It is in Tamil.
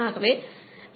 ஆகவே F x V P x Q